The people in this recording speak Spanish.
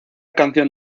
canción